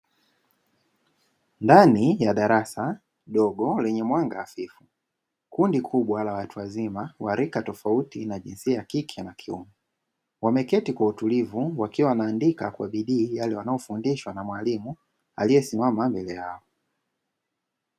Ndani ya darasa dogo lenye mwanga hafifu, kundi kubwa la watu wazima wa rika tofauti na jinsia ya kike na kiume, wameketi kwa utulivu wakiwa wanaandika kwa bidii yale wanayo fundishwa na mwalimu aliye simama mbele yao.